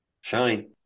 Shine